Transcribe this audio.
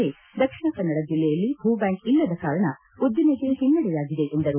ಆದರೆ ದಕ್ಷಿಣ ಕನ್ನಡ ಜಿಲ್ಲೆಯಲ್ಲಿ ಭೂಬ್ಹಾಂಕ್ ಇಲ್ಲದ ಕಾರಣ ಉದ್ದಿಮೆಗೆ ಹಿನ್ನೆಡೆಯಾಗಿದೆ ಎಂದರು